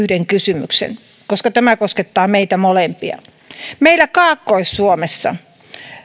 vielä yhden kysymyksen koska tämä koskettaa meitä molempia meillä kaakkois suomessa